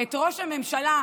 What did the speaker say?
את ראש הממשלה,